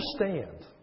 understand